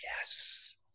yes